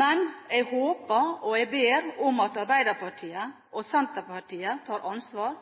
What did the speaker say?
men jeg håper og ber om at Arbeiderpartiet og Senterpartiet tar ansvar,